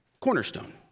cornerstone